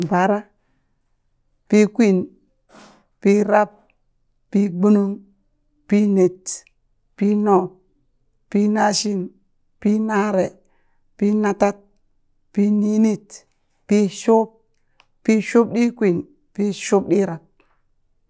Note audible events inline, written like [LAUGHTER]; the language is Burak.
[UNINTELLIGIBLE] pii kwin [NOISE] pii rab, pii gbunung, pii net, pii nop, pii nashin, pii nare, pii natad, pii ninit, pii shub, pii subɗikwin, pii shubɗirab.